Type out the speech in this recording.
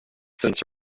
since